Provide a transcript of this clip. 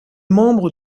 membre